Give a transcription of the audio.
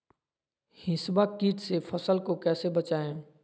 हिसबा किट से फसल को कैसे बचाए?